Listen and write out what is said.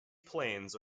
plains